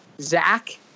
Zach